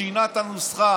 שינה את הנוסחה,